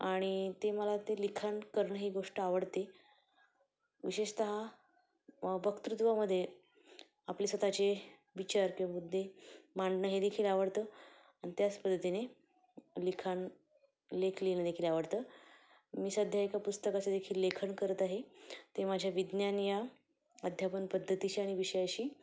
आणि ते मला ते लिखाण करणं ही गोष्ट आवडते विशेषतः वक्तृत्वामध्ये आपले स्वतःचे विचार किंवा मुद्दे मांडणं हे देखील आवडतं आणि त्याच पद्धतीने लिखाण लेख लिहिणंदेखील आवडतं मी सध्या एका पुस्तकाचं देखील लेखन करत आहे ते माझ्या विज्ञान या अध्यापन पद्धतीशी आणि विषयाशी